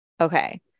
Okay